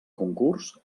concurs